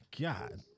God